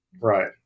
Right